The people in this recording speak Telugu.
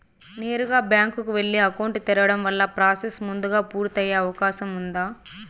నేరుగా బ్యాంకు కు వెళ్లి అకౌంట్ తెరవడం వల్ల ప్రాసెస్ ముందుగా పూర్తి అయ్యే అవకాశం ఉందా?